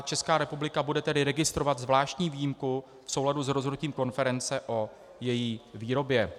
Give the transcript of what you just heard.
Česká republika bude tedy registrovat zvláštní výjimku v souladu s rozhodnutím konference o její výrobě.